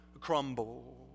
crumble